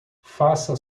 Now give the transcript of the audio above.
faça